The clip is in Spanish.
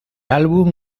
álbum